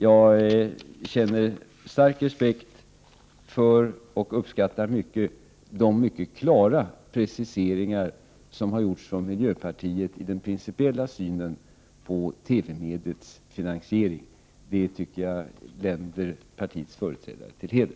Jag känner stark respekt för och uppskattar mycket de mycket klara preciseringar som har gjorts från miljöpartiet av den principiella synen på TV-mediets finansiering. Detta tycker jag länder det partiets företrädare till heder.